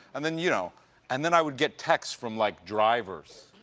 and then you know and then i would get texts from, like, drivers,